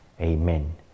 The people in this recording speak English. Amen